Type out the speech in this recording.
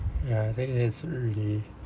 ya I think it's really